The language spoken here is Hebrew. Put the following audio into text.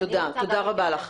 תודה רבה לך.